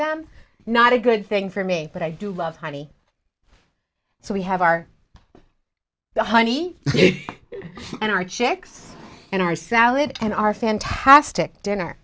them not a good thing for me but i do love honey so we have our the honey and our checks and our salad and our fantastic dinner